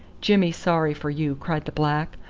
jimmy sorry for you, cried the black.